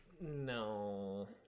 no